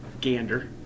gander